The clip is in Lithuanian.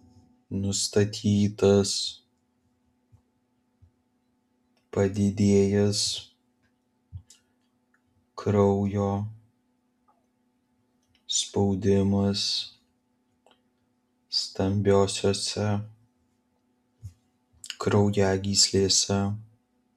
nustatytas padidėjęs kraujo spaudimas stambiosiose kraujagyslėse